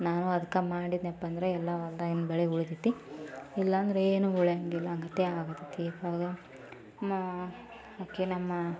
ನಾನು ಅದ್ಕೆ ಮಾಡಿದೆನಪ್ಪಾ ಅಂದ್ರೆ ಎಲ್ಲ ಹೊಲ್ದಾಗಿನ ಬೆಳೆ ಉಳಿತೈತಿ ಇಲ್ಲ ಅಂದ್ರೆ ಏನು ಉಳಿಯಾಂಗಿಲ್ಲಾ ಹಂಗತಿ ಆಗ್ತೈತಿ ಆವಾಗ ಅದಕ್ಕೆ ನಮ್ಮ